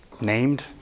named